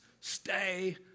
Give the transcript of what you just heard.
stay